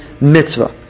mitzvah